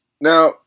Now